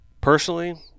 personally